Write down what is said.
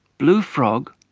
blue frog,